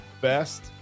best